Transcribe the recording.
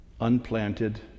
unplanted